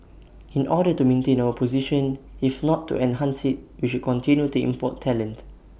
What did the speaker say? in order to maintain our position if not to enhance IT we should continue to import talent